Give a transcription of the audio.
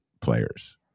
players